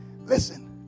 Listen